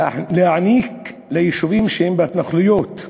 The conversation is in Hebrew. להעניק ליישובים שהם התנחלויות,